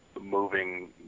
moving